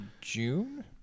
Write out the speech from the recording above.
June